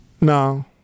No